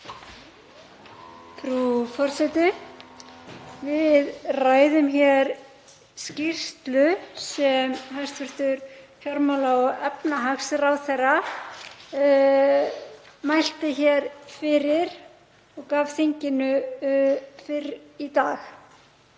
Frú forseti. Við ræðum hér skýrslu sem hæstv. fjármála- og efnahagsráðherra mælti fyrir og gaf þinginu fyrr í dag.